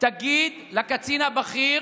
תגיד לקצין הבכיר